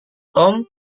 tom